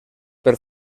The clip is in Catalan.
per